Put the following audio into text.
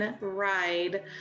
ride